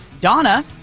Donna